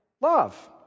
love